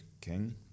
King